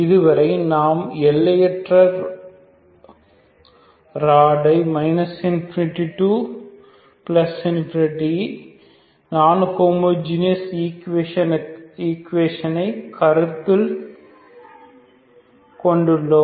இதுவரை நாம் எல்லையற்ற ராட் ஐ ∞ நான் ஹோமோஜீனஸ் ஈக்குவேஷனுக்காக கருத்தில் கொண்டுள்ளோம்